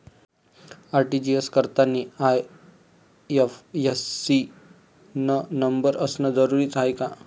RTGS करतांनी IFSC न number असनं जरुरीच हाय का?